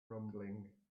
rumbling